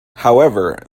however